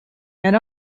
and